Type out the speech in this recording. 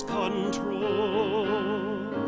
control